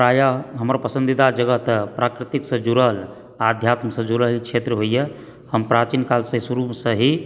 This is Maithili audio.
प्रायः हमर पसंदीदा जगह तऽ प्रकृतिसंँ जुड़ल आध्यात्मसंँ जुड़ल क्षेत्र होइत यऽ हम प्राचीन कालसँ शुरूसँ ही